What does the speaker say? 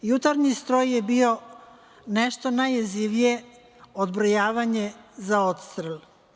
Jutarnji stroj je bio nešto najjezivije, odbrojavanje za odstrel.